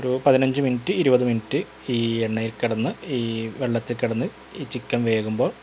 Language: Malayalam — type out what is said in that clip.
ഒരു പതിനഞ്ച് മിനിറ്റ് ഇരുപത് മിനിറ്റ് ഈ എണ്ണയിൽ കിടന്ന് ഈ വെള്ളത്തിൽ കിടന്ന് ഈ ചിക്കൻ വേകുമ്പോൾ